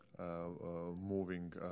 moving